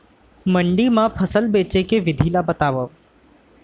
मंडी मा फसल बेचे के विधि ला बतावव?